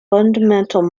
fundamental